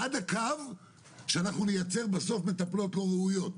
עד הקו שאנחנו נייצר בסוף מטפלות לא ראויות,